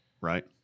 Right